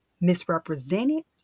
misrepresented